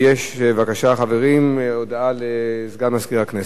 בבקשה, חברים, יש הודעה לסגן מזכירת הכנסת.